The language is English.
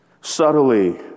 Subtly